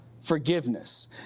Forgiveness